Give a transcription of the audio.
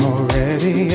Already